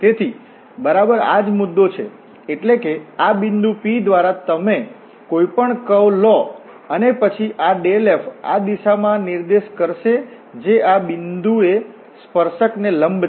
તેથી બરાબર આજ મુદ્દો છે એટલે કે આ બિંદુ P દ્વારા તમે કોઈપણ કર્વ વળાંક લો અને પછી આ ∇f આ દિશામાં નિર્દેશ કરશે જે આ બિંદુએ સ્પર્શક ને લંબ છે